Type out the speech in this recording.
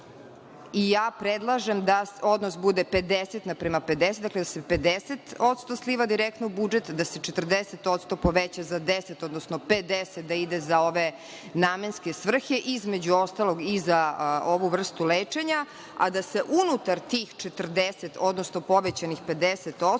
i ja predlažem da odnos bude 50 prema 50% sliva direktno u budžet, a da se 40% poveća za 10%, odnosno 50% da ide za ove namenske svrhe, i između ostalog i za ovu vrstu lečenja, a da se unutar tih 40, odnosno povećanih 50%